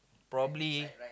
probably